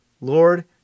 Lord